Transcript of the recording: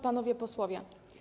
Panowie Posłowie!